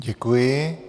Děkuji.